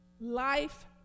Life